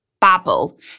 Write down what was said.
babble